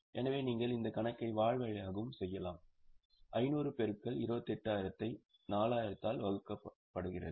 எனவே நீங்கள் இந்த கணக்கை வாய்வழியாகவும் செய்யலாம் 500 பெருக்கல் 28000 த்தை 4000 ஆல் வகுக்கப்படுகிறது